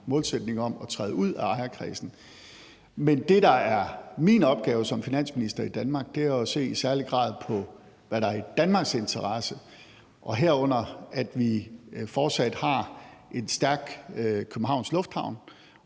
målsætning om at træde ud af ejerkredsen. Men det, der er min opgave som finansminister i Danmark, er jo i særlig grad at se på, hvad der er i Danmarks interesse, herunder at vi fortsat har en stærk Københavns Lufthavn,